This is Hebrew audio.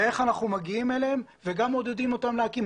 ואיך אנחנו מגיעים אליהם וגם מעודדים אותם להקים?